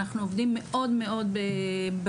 אנחנו עובדים מאוד מאוד בשטח,